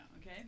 okay